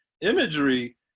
imagery